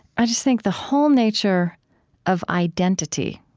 i just think the whole nature of identity,